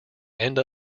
end